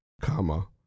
comma